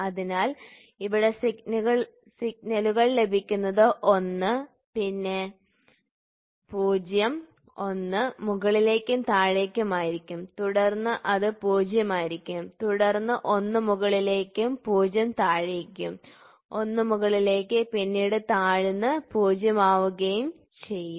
അതിനാൽ ഇവിടെ സിഗ്നലുകൾ ലഭിക്കുന്നത് 1 പിന്നെ 0 1 മുകളിലേക്കും താഴേക്കും ആയിരിക്കും തുടർന്ന് അത് 0 ആയിരിക്കും തുടർന്ന് 1 മുകളിലേക്കും 0 താഴേക്കും 1 മുകളിലേക്ക് പിന്നീട് താഴ്ന്നു 0 ആകുകയും ചെയ്യും